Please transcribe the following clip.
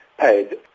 paid